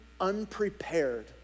unprepared